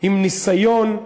עם ניסיון,